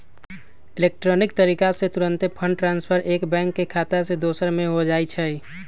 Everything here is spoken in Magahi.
इलेक्ट्रॉनिक तरीका से तूरंते फंड ट्रांसफर एक बैंक के खता से दोसर में हो जाइ छइ